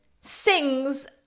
sings